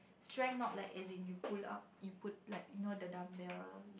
strength not like is in you pull up you put the like dumbbell